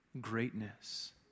greatness